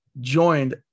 Joined